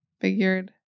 figured